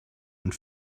and